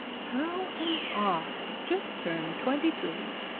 how am i, just turned twenty-three,